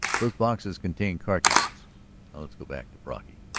those boxes contain cartridges. now let's go back to brocky.